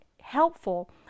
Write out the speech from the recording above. helpful